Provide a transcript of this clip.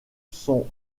sont